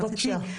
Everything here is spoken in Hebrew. בבקשה.